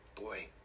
boy